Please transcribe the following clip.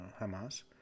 Hamas